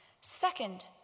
Second